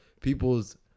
people's